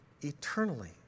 eternally